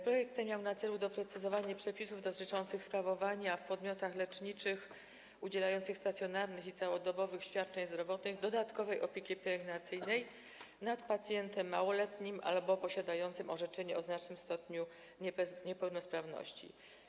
Projekt ten miał na celu doprecyzowanie przepisów dotyczących sprawowania w podmiotach leczniczych udzielających stacjonarnych i całodobowych świadczeń zdrowotnych dodatkowej opieki pielęgnacyjnej nad pacjentem małoletnim albo posiadającym orzeczenie o znacznym stopniu niepełnosprawności.